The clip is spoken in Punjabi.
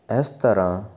ਇਸ ਤਰ੍ਹਾਂ